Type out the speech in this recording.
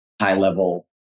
high-level